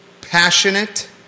passionate